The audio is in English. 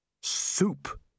Soup